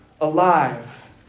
alive